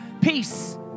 peace